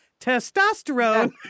testosterone